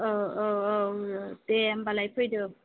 औ औ औ दे होनबालाय फैदो